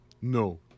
no